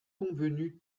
convenu